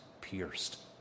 pierced